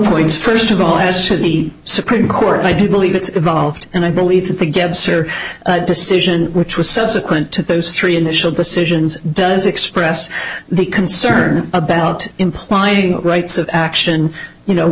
point first of all as to the supreme court i do believe it's volved and i believe that the gaps or decision which was subsequent to those three initial decisions does express the concern about implying rights of action you know